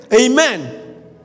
Amen